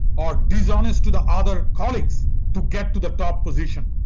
or dishonest to the other colleagues to get to the top position,